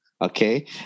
okay